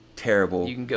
Terrible